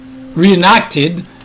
reenacted